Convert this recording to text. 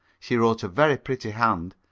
she wrote a very pretty hand,